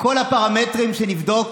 בכל הפרמטרים שנבדוק